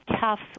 tough